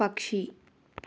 పక్షి